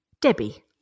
Debbie